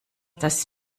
das